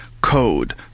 code